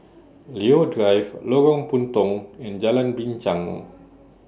Leo Drive Lorong Puntong and Jalan Binchang